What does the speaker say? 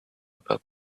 about